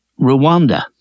Rwanda